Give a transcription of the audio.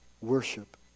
Worship